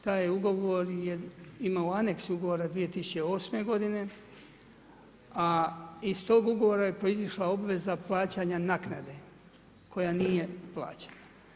Taj ugovor je imao anex ugovora 2008. godine, a iz tog ugovora je proizišla obveza plaćanja naknade koja nije plaćena.